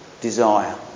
desire